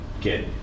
get